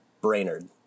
Brainerd